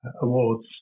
awards